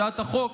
הצעת החוק,